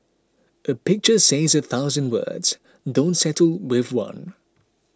a pictures says a thousand words don't settle with one